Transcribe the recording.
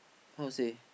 how to say